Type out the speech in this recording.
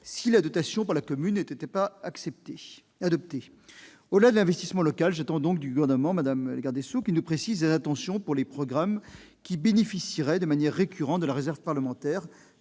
si la dotation pour les communes n'était pas adoptée. Au-delà de l'investissement local, j'attends du Gouvernement, madame la garde des sceaux, qu'il nous précise ses intentions pour les programmes qui bénéficiaient de manière récurrente de la réserve parlementaire,